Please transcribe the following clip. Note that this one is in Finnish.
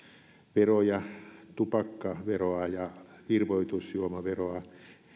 veroja tupakkaveroa ja virvoitusjuomaveroa